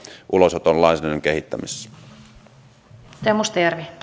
ulosoton lainsäädännön kehittämisessä arvoisa